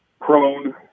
prone